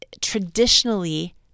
traditionally